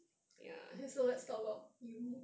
okay so let's talk about uni